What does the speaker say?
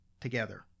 together